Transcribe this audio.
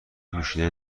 نوشیدنی